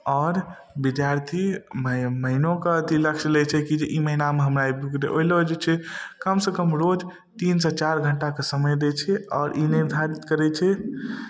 आओर विद्यार्थी महीनोके अथी लक्ष्य लै छै की जे ई महीनामे हमरा एक दू गोटे ओइ लऽ जे छै कम सँ कम रोज तीन सँ चारि घण्टाके समय दै छै आओर ई निर्धारित करै छै